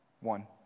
One